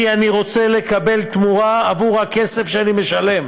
כי אני רוצה לקבל תמורה עבור הכסף שאני משלם.